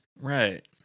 Right